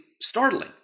startling